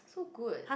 so good